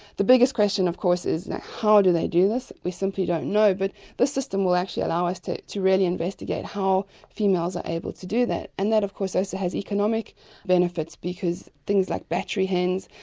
the biggest question of course is how do they do this? we simply don't know, but this system will actually allow us to to really investigate how females are able to do that, and that of course also has economic benefits because things like battery hens,